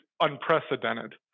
unprecedented